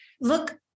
look